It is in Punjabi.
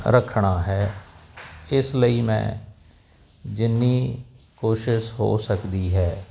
ਰੱਖਣਾ ਹੈ ਇਸ ਲਈ ਮੈਂ ਜਿੰਨੀ ਕੋਸ਼ਿਸ਼ ਹੋ ਸਕਦੀ ਹੈ